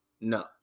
No